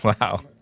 Wow